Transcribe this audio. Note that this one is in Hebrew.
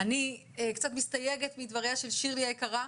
אני קצת מסתייגת מדבריה של שירלי היקרה,